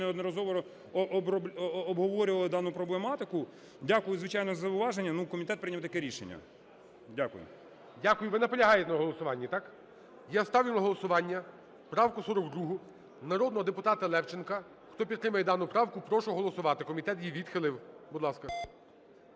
неодноразово обговорювали дану проблематику. Дякую, звичайно, за зауваження, ну, комітет прийняв таке рішення. Дякую. ГОЛОВУЮЧИЙ. Дякую. Ви наполягаєте на голосуванні, так? Я ставлю на голосування правку 42 народного депутата Левченка. Хто підтримує дану правку, прошу голосувати. Комітет її відхилив. Будь ласка.